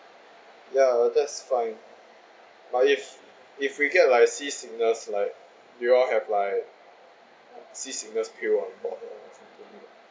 ya that's fine but if if we get like seasickness like you all have like sea sickness pills on board or something